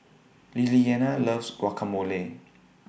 Lilliana loves Guacamole